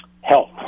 Health